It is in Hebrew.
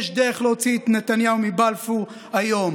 יש דרך להוציא את נתניהו מבלפור היום.